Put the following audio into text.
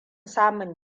samun